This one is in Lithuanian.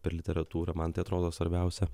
per literatūrą man tai atrodo svarbiausia